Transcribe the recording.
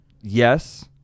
yes